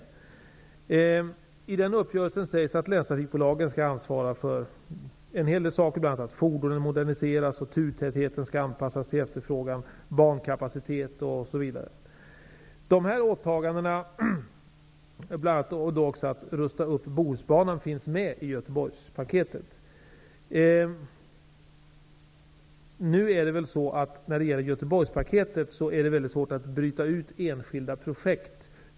I den uppgörelsen sägs det att länstrafikbolagen skall ansvara för en hel del, bl.a. modernisering av fordonen, anpassning av turtätheten till efterfrågan, bankapacitet, osv. Dessa åtaganden, bl.a. att rusta upp Bohusbanan, finns med i Göteborgspaketet. När det gäller Göteborgspaketet är det mycket svårt att bryta ut enskilda projekt.